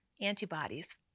antibodies